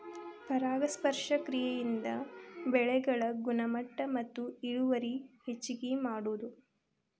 ಪರಾಗಸ್ಪರ್ಶ ಕ್ರಿಯೆಯಿಂದ ಬೆಳೆಗಳ ಗುಣಮಟ್ಟ ಮತ್ತ ಇಳುವರಿ ಹೆಚಗಿ ಮಾಡುದು